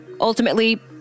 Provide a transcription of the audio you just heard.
Ultimately